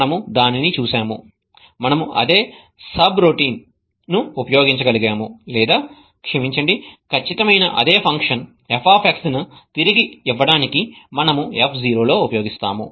మనము దానిని చూశాము మనము అదే సబ్ట్ రొటీన్ ను ఉపయోగించగలిగాము లేదా క్షమించండి ఖచ్చితమైన అదే ఫంక్షన్ f ను తిరిగి ఇవ్వడానికి మనము f0 లో ఉపయోగిస్తాము